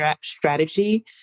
strategy